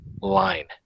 line